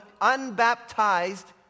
unbaptized